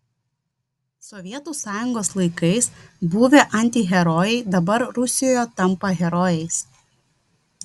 sovietų sąjungos laikais buvę antiherojai dabar rusijoje tampa herojais